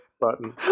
button